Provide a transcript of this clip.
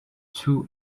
two